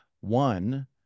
One